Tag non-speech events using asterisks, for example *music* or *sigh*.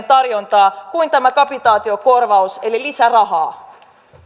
*unintelligible* tarjontaa kuin tämä kapitaatiokorvaus eli lisäraha